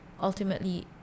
Ultimately